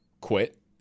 quit